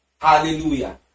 Hallelujah